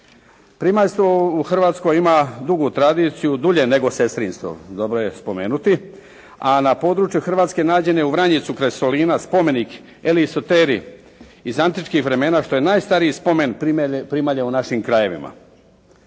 Primaljstvo u Hrvatskoj ima dugu tradiciju, dulje nego sestrinstvo. Dobro je spomenuti, a na području Hrvatske nađen je u Vranjicu kraj Solina spomenik Elia Suite iz antičkih vremena što je najstariji spomen primalje u našim krajevima.